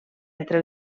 entre